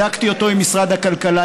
בדקתי אותו עם משרד הכלכלה,